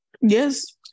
Yes